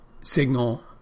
signal